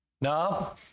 No